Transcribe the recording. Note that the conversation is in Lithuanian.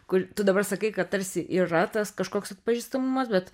kur tu dabar sakai kad tarsi yra tas kažkoks atpažįstamumas bet